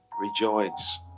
rejoice